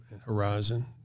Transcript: Horizon